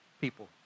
people